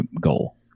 goal